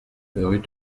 rue